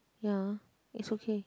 ya it's okay